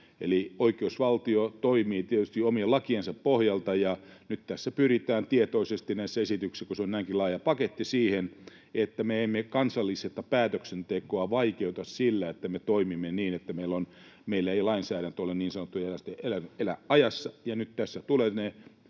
Eli oikeusvaltio toimii tietysti omien lakiensa pohjalta, ja nyt näissä esityksissä pyritään tietoisesti siihen, kun se on näinkin laaja paketti, että me emme kansallista päätöksentekoa vaikeuta sillä, että me toimimme niin, että meillä ei lainsäädäntö niin sanotusti elä ajassa,